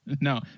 No